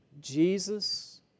Jesus